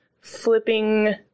flipping